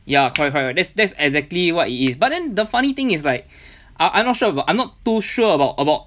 ya correct correct that's that's exactly what it is but then the funny thing is like I I'm not sure about I'm not too sure about about